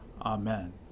Amen